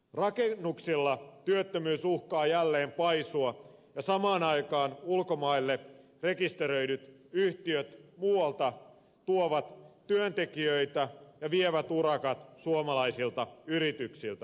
rakennuksilla työttömyys uhkaa jälleen paisua ja samaan aikaan ulkomailla rekisteröidyt yhtiöt tuovat muualta työntekijöitä ja vievät urakat suomalaisilta yrityksiltä